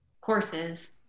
courses